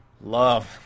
Love